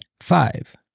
Five